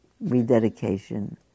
rededication